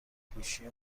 گوشی